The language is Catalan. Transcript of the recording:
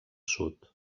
sud